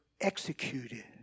executed